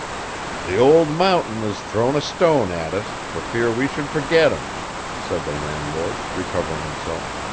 the old mountain has thrown a stone at us, for fear we should forget him said the landlord, recovering himself.